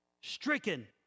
stricken